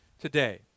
today